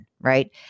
right